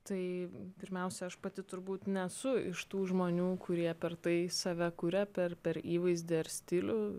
tai pirmiausia aš pati turbūt nesu iš tų žmonių kurie per tai save kuria per per įvaizdį ar stilių